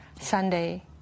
Sunday